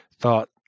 thought